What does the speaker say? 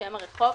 שם הרחוב,